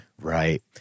Right